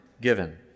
given